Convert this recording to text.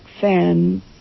fans